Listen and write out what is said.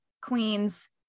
queens